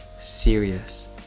serious